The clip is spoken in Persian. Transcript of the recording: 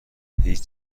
هیچ